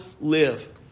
live